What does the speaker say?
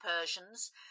Persians